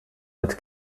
mit